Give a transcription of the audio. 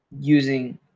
using